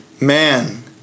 man